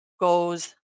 goes